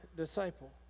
disciple